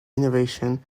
innovation